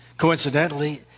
Coincidentally